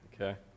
okay